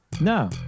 No